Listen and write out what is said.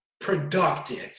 productive